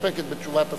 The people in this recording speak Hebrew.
מסתפקת בתשובת השר,